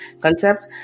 concept